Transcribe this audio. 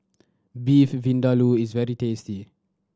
Beef Vindaloo is very tasty